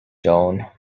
joan